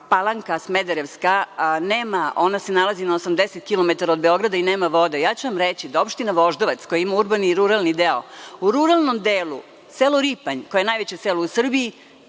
Palanka, koja se nalazi na 80 kilometara od Beograda, nema vode. Ja ću vam reći da opština Voždovac, koja ima urbani i ruralni deo, u ruralnom delu selo Ripanj, koje je najveće selo u Srbiji,